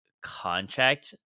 contract